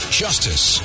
justice